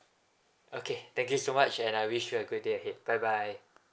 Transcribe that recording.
okay thank you so much and I wish you a good day ahead bye bye